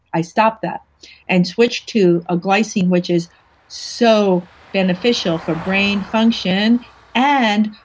i stopped that and switched to a glycine which is so beneficial for brain function and,